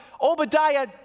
Obadiah